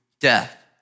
death